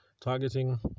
Targeting